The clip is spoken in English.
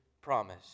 promise